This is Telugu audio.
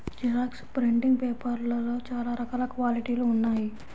జిరాక్స్ ప్రింటింగ్ పేపర్లలో చాలా రకాల క్వాలిటీలు ఉన్నాయి